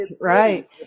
right